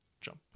jump